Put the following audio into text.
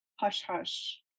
hush-hush